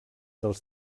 del